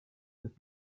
with